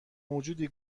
موجودی